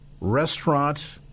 restaurant